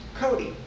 Cody